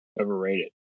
overrated